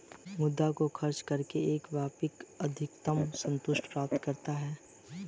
मुद्रा को खर्च करके एक व्यक्ति अधिकतम सन्तुष्टि प्राप्त करता है